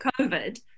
COVID